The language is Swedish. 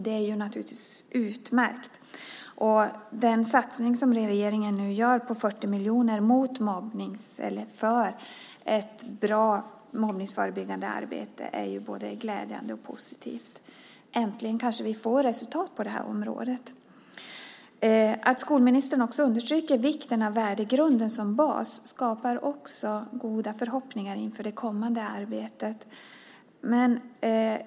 Det är naturligtvis utmärkt. Den satsning på 40 miljoner som regeringen nu gör för ett bra mobbningsförebyggande arbete är både glädjande och positiv. Äntligen kanske vi får resultat på detta område! Att skolministern också understryker vikten av värdegrunden som bas skapar också goda förhoppningar inför det kommande arbetet.